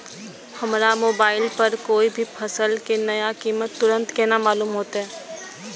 हमरा मोबाइल पर कोई भी फसल के नया कीमत तुरंत केना मालूम होते?